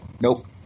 Nope